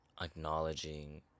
acknowledging